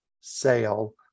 sale